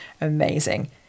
amazing